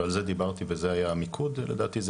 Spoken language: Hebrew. ועל זה דיברתי וזה היה המיקוד לדעתי זה